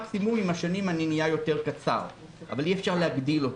מקסימום עם השנים אני אהיה יותר קצר אבל אי אפשר להגדיל אותי.